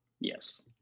yes